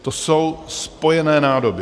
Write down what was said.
To jsou spojené nádoby.